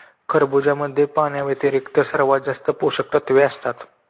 खरबुजामध्ये पाण्याव्यतिरिक्त सर्वात जास्त पोषकतत्वे असतात